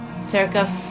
Circa